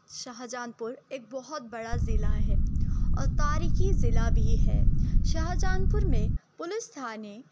شاہجہان پور ایک بہت بڑا ضلع ہے اور تاریخی ضلع بھی ہے شاہجہان پور میں پولیس تھانے